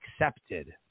accepted